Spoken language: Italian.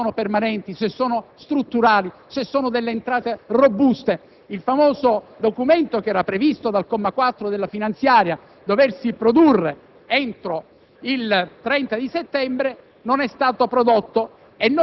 motivo numero due: non sappiamo se le maggiori entrate sono permanenti, se sono strutturali, se sono delle entrate robuste. Il famoso documento che era previsto dal comma 4 della finanziaria da doversi produrre entro